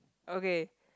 okay